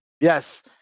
Yes